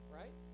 right